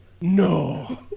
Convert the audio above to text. No